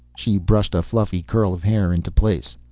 she brushed a fluffy curl of hair into place.